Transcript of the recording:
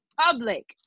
public